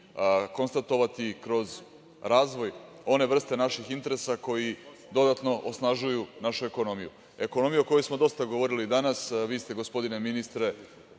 konstatovati kroz razvoj one vrste naših interesa koji dodatno osnažuju našu ekonomiju, ekonomiju o kojoj smo dosta govorili danas. Vi ste, gospodine ministre,